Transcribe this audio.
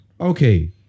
okay